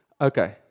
Okay